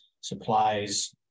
supplies